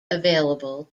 available